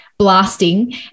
blasting